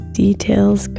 details